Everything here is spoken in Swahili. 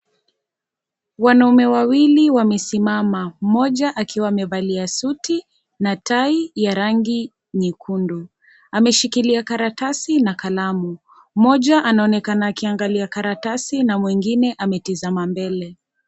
Wanaume wawili wamesimama moja akiwa amevalia suti na tai ya rangi nyekundu, ameshikilia karatasi na kalamu, moja anaonekana akiangalia karatasi na mwingine ametazama mbele.